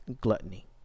gluttony